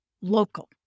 local